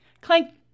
clank